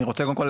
קודם כל,